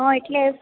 હ એટલે